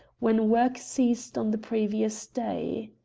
when work ceased on the previous day.